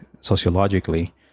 sociologically